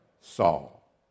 Saul